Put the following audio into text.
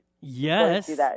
Yes